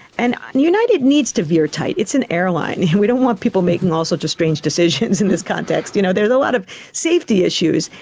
and and united needs to veer tight, it's an airline, we don't want people making all sorts of strange decisions in this context. you know there's a lot of safety issues.